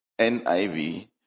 NIV